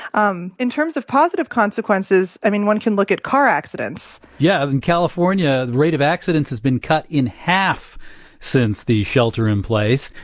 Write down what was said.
um in terms of positive consequences, i mean, one can look at car accidents yeah in california, the rate of accidents has been cut in half since the shelter in place.